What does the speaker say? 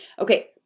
Okay